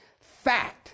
Fact